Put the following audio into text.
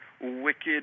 wicked